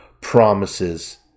promises